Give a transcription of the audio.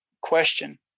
question